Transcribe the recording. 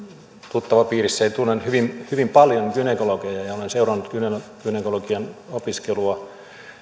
tuttavapiirissäni tunnen hyvin hyvin paljon gynekologeja ja olen seurannut gynekologian opiskelua